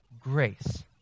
grace